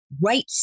right